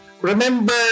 remember